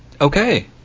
Okay